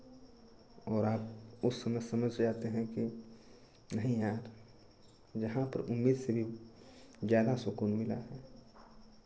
और आप उस समय समय से आते हैं कि नहीं यार यहाँ पर उम्मीद से भी ज़्यादा सुकून मिला है